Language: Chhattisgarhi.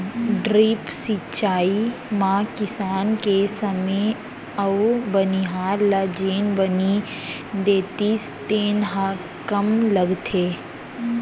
ड्रिप सिंचई म किसान के समे अउ बनिहार ल जेन बनी देतिस तेन ह कम लगथे